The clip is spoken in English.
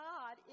God